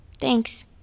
Thanks